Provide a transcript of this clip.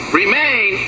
remain